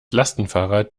lastenfahrrad